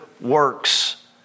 works